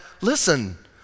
listen